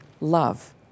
Love